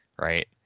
right